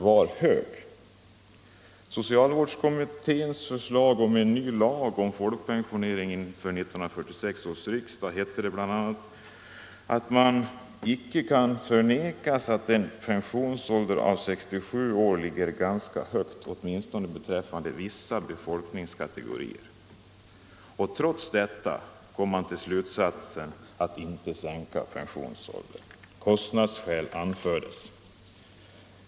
I socialvårdskommitténs betänkande inför 1946 års riksdag angående en ny lag om folkpensionering hette det bl.a. att det inte kunde förnekas att en pensionsålder av 67 år låg ganska högt, åtminstone beträffande vissa befolkningskategorier. Trots detta kom man till slutsatsen att inte sänka pensionsåldern. Kostnadsskäl anfördes.